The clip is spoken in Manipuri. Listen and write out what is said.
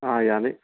ꯑꯥ ꯌꯥꯅꯤ